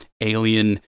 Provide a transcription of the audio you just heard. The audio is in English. Alien